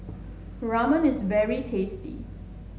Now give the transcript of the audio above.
Ramen is very tasty